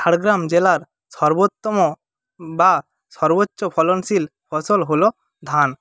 ঝাড়গ্রাম জেলার সর্বোত্তম বা সর্বোচ্চ ফলনশীল ফসল হল ধান